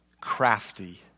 Crafty